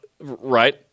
Right